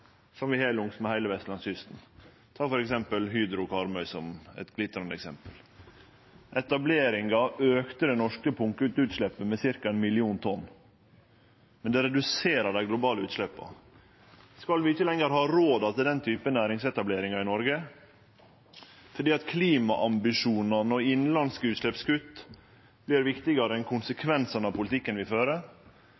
vi har langsmed heile vestlandskysten. Ta f.eks. Hydro Karmøy – eit glitrande eksempel. Etableringa auka dei norske punktutsleppa med ca. 1 million tonn, men reduserer dei globale utsleppa. Skal vi ikkje lenger ha råd til den typen næringsetableringar i Noreg fordi klimaambisjonane og innanlandske utsleppskutt er viktigare enn